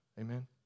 Amen